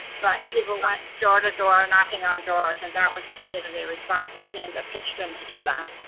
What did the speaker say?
but people went door to door knocking on doors and that was the community response team that pitched in to do that